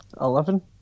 Eleven